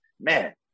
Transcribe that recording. man